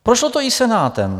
Prošlo to i Senátem.